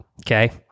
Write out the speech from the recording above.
okay